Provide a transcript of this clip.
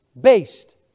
based